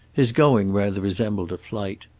his going rather resembled a flight.